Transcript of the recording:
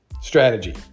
strategy